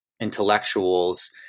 intellectuals